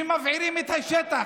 שמבעירים את השטח,